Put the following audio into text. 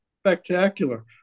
Spectacular